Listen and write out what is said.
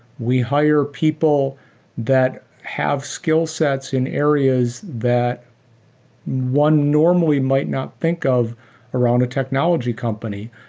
we hire people that have skillsets in areas that one normally might not think of around a technology company,